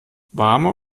warme